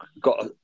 got